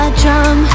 drum